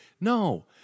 No